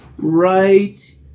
Right